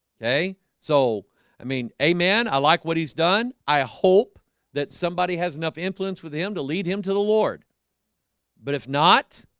okay, so i mean amen. i like what he's done. i hope that somebody has enough influence with him to lead him to the lord but if not